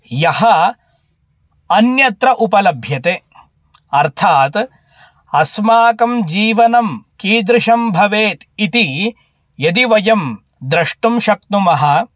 यः अन्यत्र उपलभ्यते अर्थात् अस्माकं जीवनं कीदृशं भवेत् इति यदि वयं द्रष्टुं शक्नुमः